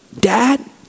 dad